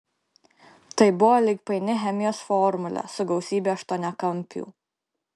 tai buvo lyg paini chemijos formulė su gausybe aštuoniakampių